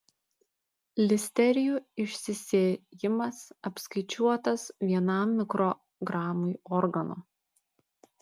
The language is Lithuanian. listerijų išsisėjimas apskaičiuotas vienam mikrogramui organo